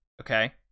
okay